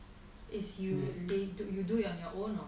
is you they do it on your own or